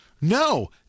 No